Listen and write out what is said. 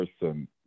person